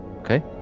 Okay